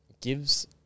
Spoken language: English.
gives